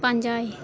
ᱯᱟᱸᱡᱟᱭ